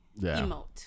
emote